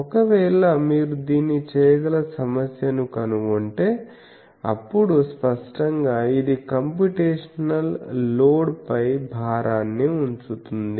ఒకవేళ మీరు దీన్ని చేయగల సమస్యను కనుగొంటే అప్పుడు స్పష్టంగా ఇది కంప్యూటేషనల్ లోడ్ పై భారాన్ని ఉంచుతుంది